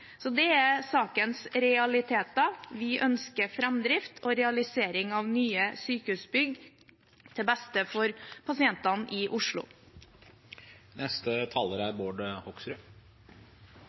Det er sakens realiteter. Vi ønsker framdrift og realisering av nye sykehusbygg til beste for pasientene i Oslo. Etter å ha hørt statsråden er